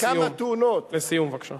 כמה תאונות, לסיום, בבקשה.